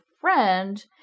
friend